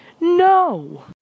No